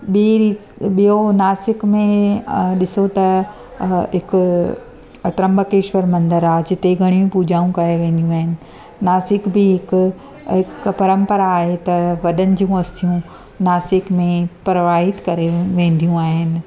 ॿी रीस ॿियों नासिक में ॾिसो त हिकु अत्रंबकेश्वर मंदर आहे जिते घणियूं पूजाऊं करे वेंदियूं आहिनि नासिक बि हिकु हिकु परंपरा आहे त वॾनि जी अस्थियूं नासिक में परवाहित करे वेंदियूं आहिनि